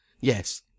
Yes